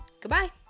Goodbye